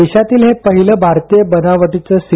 देशातील हे पहिलं भारतीय बनावटीचं सी